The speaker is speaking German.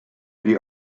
die